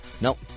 Nope